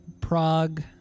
Prague